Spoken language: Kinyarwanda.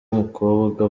umukobwa